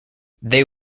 they